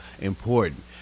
important